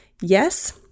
Yes